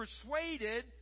persuaded